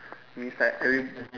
it is like every